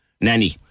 nanny